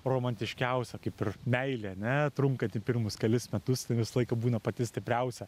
romantiškiausia kaip ir meilė ane trunkanti pirmus kelis metus tai visą laiką būna pati stipriausia